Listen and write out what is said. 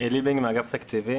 עלי בינג, אגף תקציבים.